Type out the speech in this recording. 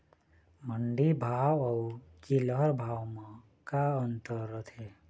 मंडी भाव अउ चिल्हर भाव म का अंतर रथे?